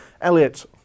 Elliot